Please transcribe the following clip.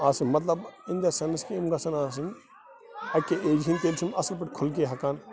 آسٕنۍ مطلب in the sense کہِ یِم گژھن آسٕنۍ اَکہِ ایج ہِنٛدۍ تیٚلہِ چھِ یِم اَصٕل پٲٹھۍ کھل کے ہٮ۪کان